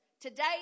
Today